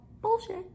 bullshit